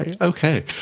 Okay